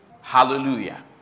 Hallelujah